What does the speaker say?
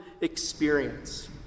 experience